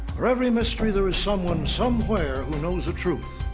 for every mystery, there is someone somewhere who knows the truth.